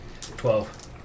Twelve